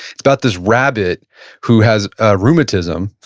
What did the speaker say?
it's about this rabbit who has ah rheumatism,